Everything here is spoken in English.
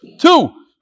Two